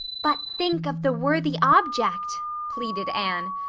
but think of the worthy object, pleaded anne.